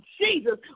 Jesus